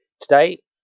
today